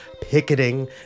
picketing